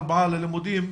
ארבעה ללימודים,